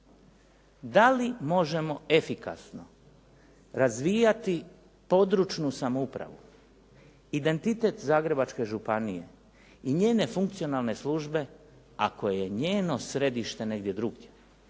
Da li možemo efikasno razvijati područnu samoupravu, identitet Zagrebačke županije i njene funkcionalne službe ako je njeno središte negdje drugdje.